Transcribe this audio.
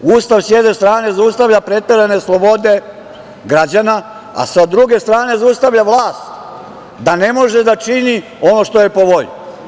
Ustav sa jedne strane zaustavlja preterane slobode građana, a sa druge strane zaustavlja vlast, da ne može da čini ono što je po volji.